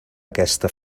aquesta